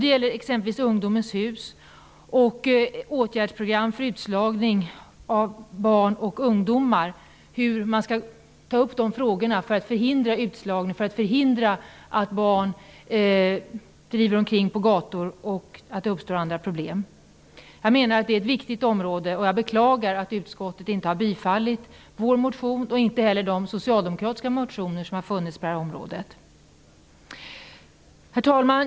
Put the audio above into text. Det gäller exempelvis ungdomens hus och åtgärdsprogram för utslagning av barn och ungdomar, och hur man skall ta upp frågorna för att förhindra utslagning och att barn driver omkring på gator samt att andra problem uppstår. Det är ett viktigt område. Jag beklagar att utskottet inte har tillstyrkt vår motion och inte heller de socialdemokratiska motionerna. Herr talman!